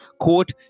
Quote